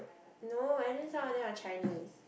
no and then some of them are Chinese